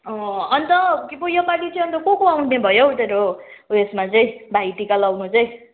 अँ अन्त के पो योपालि चाहिँ को को आउने भयो हौ तेरो उयोसमा चाहिँ भाइ टिका लाउनु चाहिँ